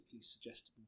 suggestible